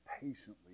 patiently